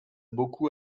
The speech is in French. beaucoup